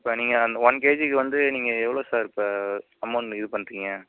sir நீங்கள் அந்த one கேஜிக்கு வந்து நீங்கள் எவ்வளோ சார் இப்போ அமௌன்ட் இது பண்ணுறீங்க